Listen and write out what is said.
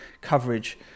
coverage